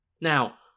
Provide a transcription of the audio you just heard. Now